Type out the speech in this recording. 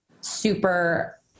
super